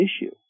issue